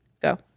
Go